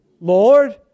Lord